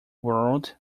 world